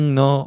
no